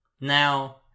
now